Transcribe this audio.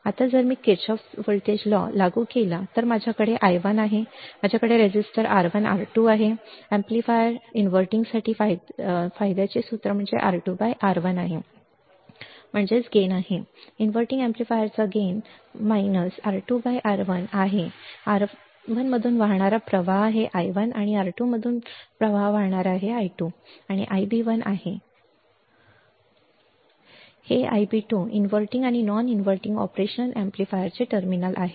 आता जर मी किर्चॉफचा व्होल्टेज कायदा लागू केला तर माझ्याकडे i1 आहे माझ्याकडे रेझिस्टर R1 R2 आहे आणि एम्पलीफायर इनव्हर्टिंगसाठी फायद्याचे सूत्र R2R1 आहे इन्व्हर्टिंग एम्पलीफायरचा फायदा वजा R2R1 आहे R1 मधून वाहणारा प्रवाह आहे i1 R2 पासून i2 आहे हे Ib1 आहे हे Ib2 इनव्हर्टिंग आणि नॉन इनव्हर्टिंग ऑपरेशन एम्पलीफायरचे टर्मिनल आहे